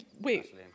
wait